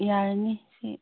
ꯌꯥꯔꯅꯤ ꯁꯤ